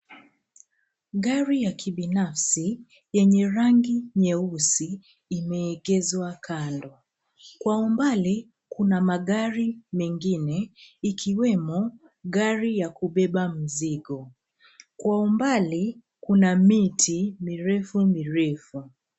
Gari ya kibinafsi yenye rangi nyeusi imeegezwa kando. Kwa umbali kuna magari mengine ikiwemo, gari ya kubeba mzigo. Kwa umbali kuna miti mirefu mirefu.